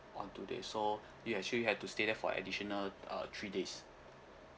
on today so you actually had to stay there for additional uh three days